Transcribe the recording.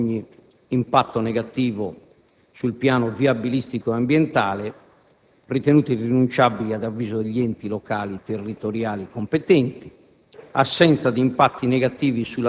e necessarie all'eliminazione di ogni impatto negativo sul piano viabilistico ed ambientale, ritenute irrinunciabili ad avviso degli enti locali territoriali competenti;